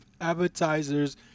advertisers